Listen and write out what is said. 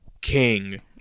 King